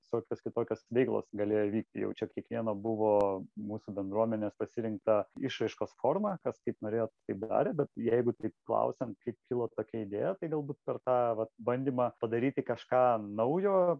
visokios kitokios veiklos galėjo vykti jau čia kiekvieno buvo mūsų bendruomenės pasirinkta išraiškos forma kas kaip norėjo taip darė bet jeigu tik klausiant kaip kilo tokia idėja tai galbūt per tą vat bandymą padaryti kažką naujo